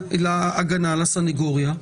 להגנה, לסנגוריה,